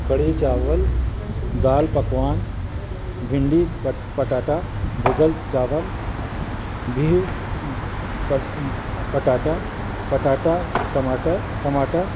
कढ़ी चावरु दालि पकवान भिंडी प पटाटा भुॻल चांवर बिहु प पटाटा पटाटा टमाटर टमाटा